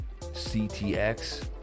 CTX